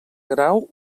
grau